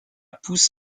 pousse